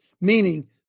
meaning